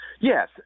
Yes